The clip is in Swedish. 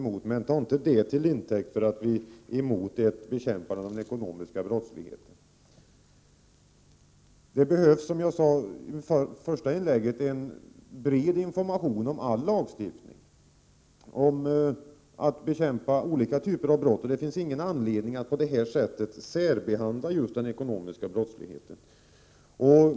Men ta inte detta till intäkt för att vi är emot bekämpande av ekonomisk brottslighet! Det behövs, som jag sa tidigare, bred information om all lagstiftning, om bekämpning av olika typer av brott. Det finns ingen anledning att på detta sätt särbehandla just den ekonomiska brottsligheten.